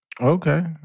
Okay